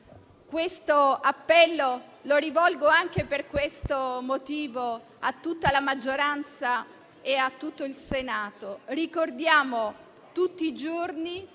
Questo appello lo rivolgo, anche per questo motivo, a tutta la maggioranza e a tutto il Senato. Ricordiamo tutti i giorni